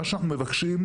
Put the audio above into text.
מה שאנחנו מבקשים,